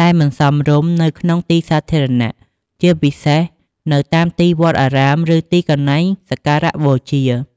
ដែលមិនសមរម្យនៅក្នុងទីសាធារណៈ ជាពិសេសនៅតាមទីវត្តអារាម ឬទីកន្លែងសក្ការៈបូជា។